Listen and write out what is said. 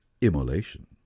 immolation